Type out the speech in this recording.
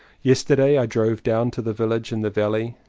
yesterday i drove down to the village in the valley.